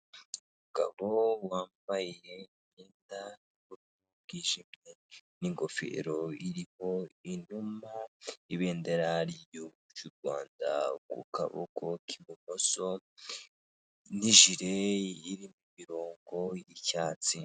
Umugabo wambaye imyenda yu bwijimye n'ingofero iriho inuma, ibendera ry'u Rwanda, ku kaboko k'ibumoso n'ijire irimo imirongo y'icyatsi